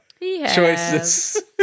choices